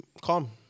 calm